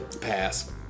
Pass